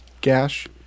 Gash